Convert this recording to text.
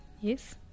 Yes